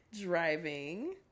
Driving